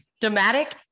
dramatic